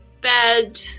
bed